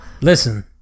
Listen